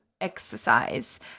exercise